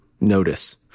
notice